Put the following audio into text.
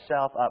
up